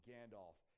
Gandalf